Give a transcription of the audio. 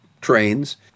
trains